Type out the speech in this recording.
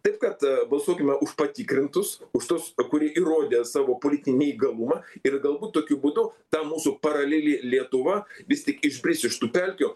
taip kad balsuokime už patikrintus už tuos kurie įrodė savo politinį neįgalumą ir galbūt tokiu būdu ta mūsų paraleli lietuva vis tik išbris iš tų pelkių